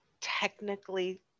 technically